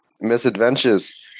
misadventures